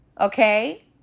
okay